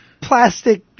Plastic